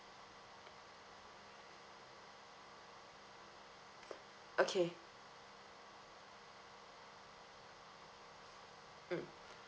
okay mm